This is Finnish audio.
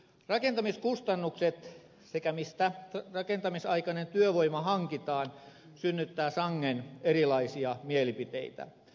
rakentamiskustannukset sekä se mistä rakentamisaikainen työvoima hankitaan synnyttävät sangen erilaisia mielipiteitä